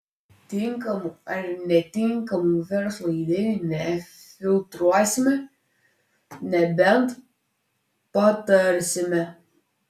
tinkamų ar netinkamų verslui idėjų nefiltruosime nebent patarsime